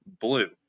blue